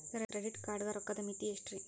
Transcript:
Credit card ಗ ರೋಕ್ಕದ್ ಮಿತಿ ಎಷ್ಟ್ರಿ?